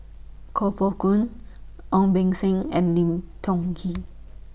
Koh Poh Koon Ong Beng Seng and Lim Tiong Ghee